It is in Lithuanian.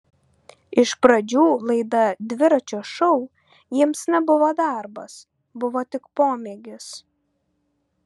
iš pradžių laida dviračio šou jiems nebuvo darbas buvo tik pomėgis